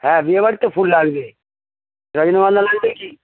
হ্যাঁ বিয়ে বাড়িতে ফুল লাগবে রজনীগন্ধা লাগবে কি